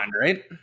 right